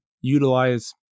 utilize